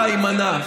יימנע.